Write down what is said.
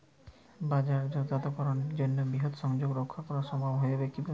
বাজারজাতকরণের জন্য বৃহৎ সংযোগ রক্ষা করা সম্ভব হবে কিভাবে?